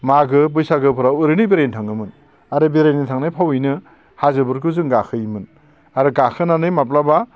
मागो बैसागोफ्राव ओरैनो बेरायनो थाङोमोन आरो बेरायनो थांनाय फावैनो हाजोफोरखौ जों गाखोयोमोन आरो गाखोनानै माब्लाबा